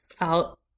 out